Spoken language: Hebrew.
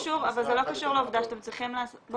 אבל זה לא קשור לעובדה שאתם צריכים לעשות --- אז זהו.